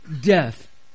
death